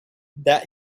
that